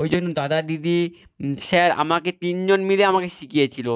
ওই জন্য দাদা দিদি স্যার মাকে তিনজন মিলে আমাকে শিকিয়েছিল